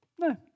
No